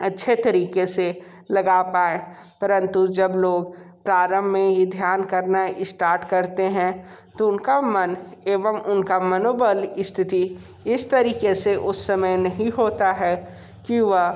अच्छे तरीक़े से लगा पाएं परंतु जब लोग प्रारम्भ में ही ध्यान करना इस्टार्ट करते हैं तो उनका मन एवं उनका मनोबल स्थिति इस तरीक़े से उस समय नहीं होता है कि वह